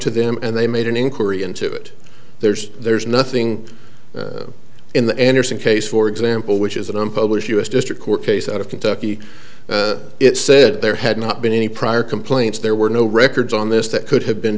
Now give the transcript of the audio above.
to them and they made an inquiry into it there's there's nothing in the enters a case for example which is an unpublished u s district court case out of kentucky it said there had not been any prior complaints there were no records on this that could have been